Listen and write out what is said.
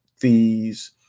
fees